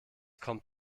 kommt